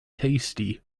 tasty